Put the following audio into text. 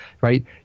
Right